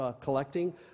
collecting